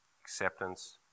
acceptance